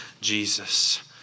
Jesus